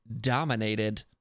dominated